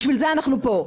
בשביל זה אנחנו פה.